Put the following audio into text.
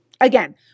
Again